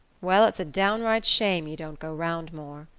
well, it's a downright shame you don't go round more,